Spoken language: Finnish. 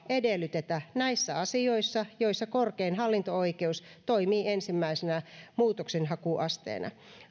edellytetä näissä asioissa joissa korkein hallinto oikeus toimii ensimmäisenä muutoksenhakuasteena